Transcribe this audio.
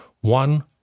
One